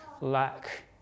lack